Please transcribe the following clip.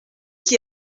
qui